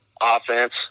Offense